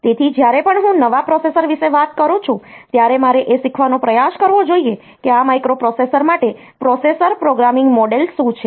તેથી જ્યારે પણ હું નવા પ્રોસેસર વિશે વાત કરું છું ત્યારે મારે એ શીખવાનો પ્રયાસ કરવો જોઈએ કે આ માઇક્રોપ્રોસેસર માટે પ્રોસેસર પ્રોગ્રામિંગ મોડલ શું છે